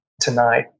tonight